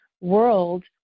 world